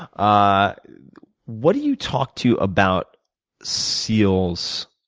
ah what do you talk to about seals